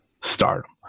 stardom